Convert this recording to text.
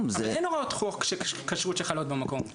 זה --- אבל אין הוראות חוק של כשרות שחלות במקום.